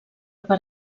per